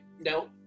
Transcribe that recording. No